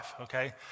okay